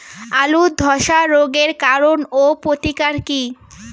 আলুর ধসা রোগের কারণ ও প্রতিকার কি?